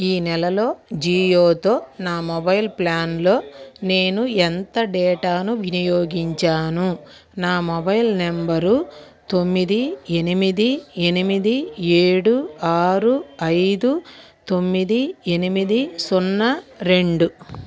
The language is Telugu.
ఈ నెలలో జియోతో నా మొబైల్ ప్లాన్లో నేను ఎంత డేటాను వినియోగించాను నా మొబైల్ నెంబరు తొమ్మిది ఎనిమిది ఎనిమిది ఏడు ఆరు ఐదు తొమ్మిది ఎనిమిది సున్నా రెండు